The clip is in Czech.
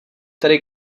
tedy